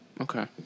Okay